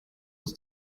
aus